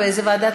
לאיזו ועדה?